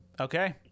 Okay